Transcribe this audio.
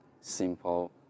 simple